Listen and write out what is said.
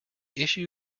issue